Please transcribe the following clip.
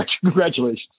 congratulations